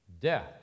death